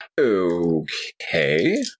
Okay